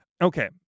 Okay